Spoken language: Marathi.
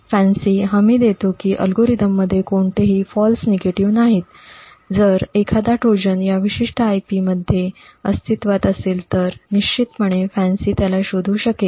फॅन्सी हमी देतो की अल्गोरिदममध्ये कोणतेही फॉल्स नेगेटिव्ह नाही जर एखादा ट्रोजन या विशिष्ट IP मध्ये अस्तित्वात असेल तर निश्चितपणे FANCI त्याला शोधू शकेल